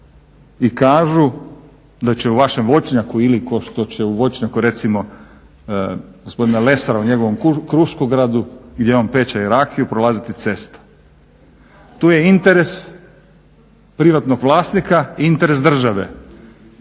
i kažu da će u vašem voćnjaku ili kao što će u voćnjaku recimo gospodina Lesara u njegovom kruškogradu, gdje on peče rakiju prolaziti cesta. Tu je interes privatnog vlasnika, interes države